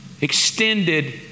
extended